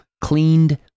cleaned